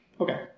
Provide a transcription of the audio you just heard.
Okay